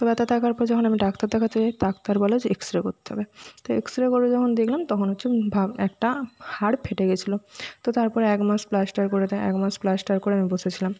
তো ব্যথা থাকার পর যখন আমি ডাক্তার দেখাতে যাই ডাক্তার বলে যে এক্স রে করতে হবে তো এক্স রে করে যখন দেখলাম তখন হচ্ছে ভাব একটা হাড় ফেটে গেছিলো তো তারপরে এক মাস প্লাস্টার করে দেয় এক মাস প্লাস্টার করে আমি বসেছিলাম